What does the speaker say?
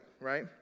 right